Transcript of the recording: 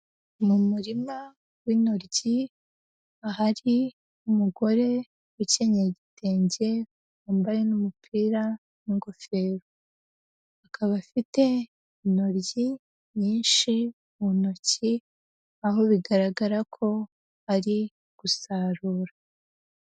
Mu murima w'intoryi ahari umugore ukenyeye igitenge wambaye n'umupira n'ingofero, akaba afite intoryi nyinshi mu ntoki, aho bigaragara ko ari gusarura.